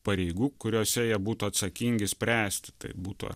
pareigų kuriose jie būtų atsakingi spręsti tai būtų